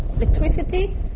electricity